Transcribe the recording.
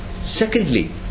Secondly